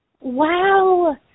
Wow